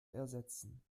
ersetzen